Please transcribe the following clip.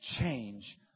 change